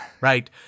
right